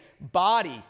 body